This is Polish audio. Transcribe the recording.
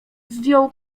zdjął